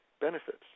benefits